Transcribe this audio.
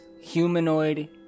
humanoid